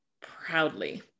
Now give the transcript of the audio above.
proudly